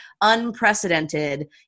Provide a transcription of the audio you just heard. unprecedented